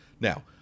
Now